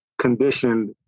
conditioned